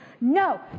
no